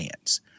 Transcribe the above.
hands